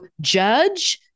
judge